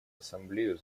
ассамблею